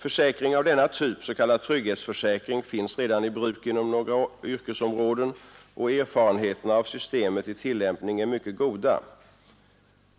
Försäkring av denna typ, s.k. trygghetsförsäkring, finns redan i bruk inom några yrkesområden, och erfarenheterna av systemet i tillämpning är mycket goda.